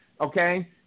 okay